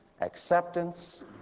acceptance